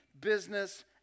business